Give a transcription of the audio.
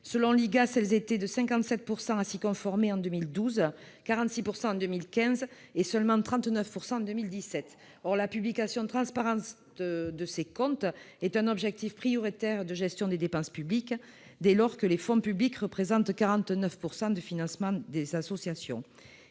Selon l'IGAS, elles étaient 57 % à s'y conformer en 2012, 46 % en 2015 et seulement 39 % en 2017. Or la publication transparente de ces comptes est un objectif prioritaire de gestion des dépenses publiques, dès lors que les fonds publics représentent 49 % du financement des associations.